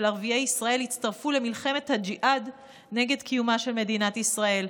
ערביי ישראל יצטרפו למלחמת הג'יהאד נגד קיומה של מדינת ישראל.